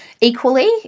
Equally